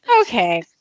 Okay